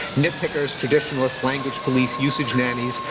nitpickers, traditionalists, language police, usage nannies,